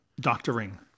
doctoring